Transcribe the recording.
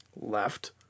left